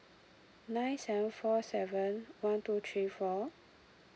nine seven four seven one two three four